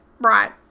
Right